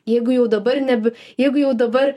jeigu jau dabar neb jeigu jau dabar